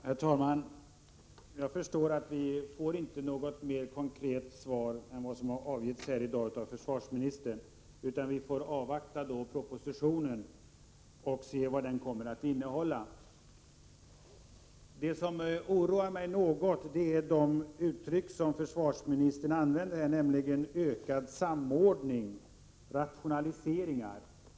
Herr talman! Jag förstår att vi inte får något mer konkret svar än vad som har avgetts här i dag av försvarsministern, utan vi får avvakta propositionen och se vad den kommer att innehålla. Det som oroar mig något är de uttryck som försvarsministern använde, nämligen ökad samordning och rationaliseringar.